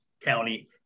county